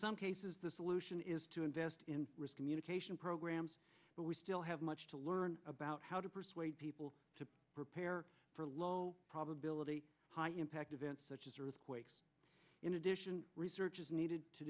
some cases the solution is to invest in risk communication programmes but we still have much to learn about how to persuade people to prepare for low probability high impact events such as earthquakes in addition research is needed to